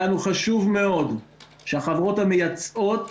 היה לנו חשוב מאוד שהחברות המייצאות,